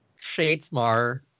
Shadesmar